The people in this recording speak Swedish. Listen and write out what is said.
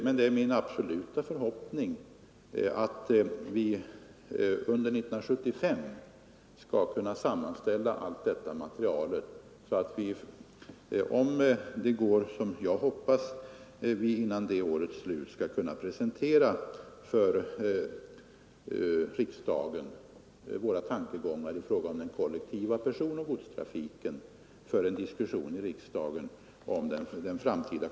Men det är min absoluta förhoppning att vi under 1975 skall kunna sammanställa allt material så att vi innan det årets slut skall kunna presentera våra tankegångar om den framtida, kollektiva personoch godstrafiken för en diskussion i riksdagen.